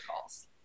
calls